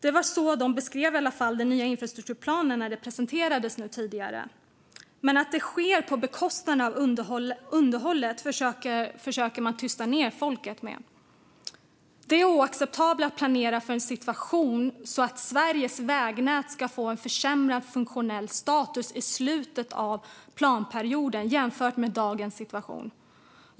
Det var så man beskrev den nya infrastrukturplanen när den presenterades tidigare. Men att det sker på bekostnad av underhållet försöker man tysta ned. Det är oacceptabelt att planera för en situation där Sveriges vägnät får en försämrad funktionell status i slutet av planperioden jämfört med dagens situation.